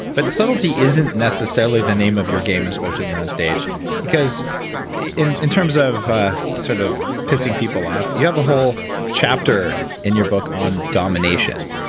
but subtlety isn't necessarily the name of your game, especially when you're on stage because in in terms of ah sort of pissing people off, you have a whole chapter in your book on domination.